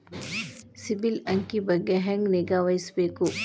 ಸಿಬಿಲ್ ಅಂಕಿ ಬಗ್ಗೆ ಹೆಂಗ್ ನಿಗಾವಹಿಸಬೇಕು?